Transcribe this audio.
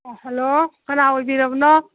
ꯑ ꯍꯜꯂꯣ ꯀꯅꯥ ꯑꯣꯏꯕꯤꯔꯕꯅꯣ